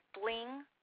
Bling